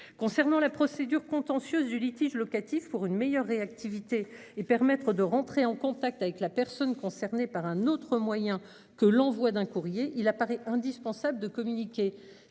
concernant la procédure contentieuse du litige locatif pour une meilleure réactivité et permettre de rentrer en contact avec la personne concernée par un autre moyen que l'envoi d'un courrier, il apparaît indispensable de communiquer